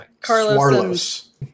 Carlos